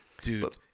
Dude